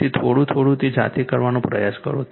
તેથી થોડું થોડું તે જાતે કરવાનો પ્રયાસ કરો